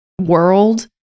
world